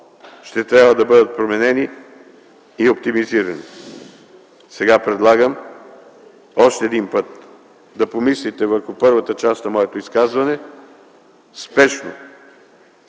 ще трябва да бъдат променени и оптимизирани. Сега предлагам още един път да помислите върху първата част на моето изказване. Спешно